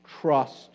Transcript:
Trust